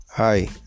Hi